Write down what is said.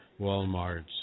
WalMarts